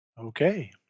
Okay